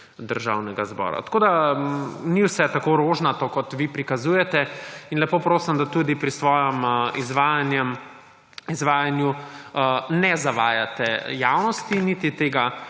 Državnega zbora. Tako da ni vse tako rožnato, kot vi prikazujete in lepo prosim, da tudi pri svojem izvajanju ne zavajate javnosti niti